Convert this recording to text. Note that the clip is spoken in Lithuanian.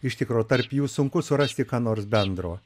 iš tikro tarp jų sunku surasti ką nors bendro